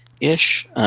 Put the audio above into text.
Ish